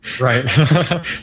Right